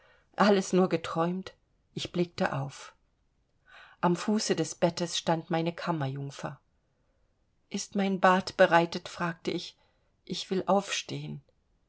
alles nur geträumt ich blickte auf am fuße des bettes stand meine kammerjungfer ist mein bad bereit fragte ich ich will aufstehen